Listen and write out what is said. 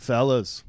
Fellas